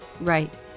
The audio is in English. Right